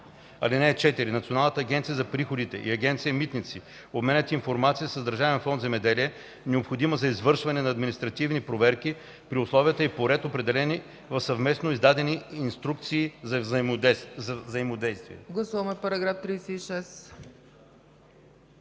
(4) Националната агенция за приходите и Агенция „Митници” обменят информация с Държавен фонд „Земеделие”, необходима за извършване на административни проверки, при условия и по ред, определени в съвместно издадени инструкции за взаимодействие.” ПРЕДСЕДАТЕЛ